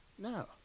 no